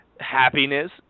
Happiness